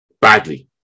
badly